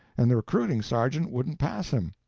and the recruiting sergeant wouldn't pass him.